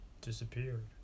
disappeared